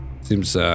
seems